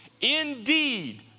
indeed